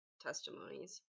testimonies